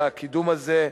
על הקידום הזה.